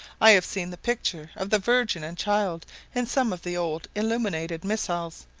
i have seen the picture of the virgin and child in some of the old illuminated missals,